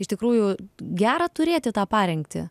iš tikrųjų gera turėti tą parengtį